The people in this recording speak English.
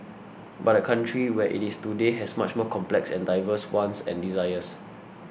but the country where it is today has much more complex and diverse wants and desires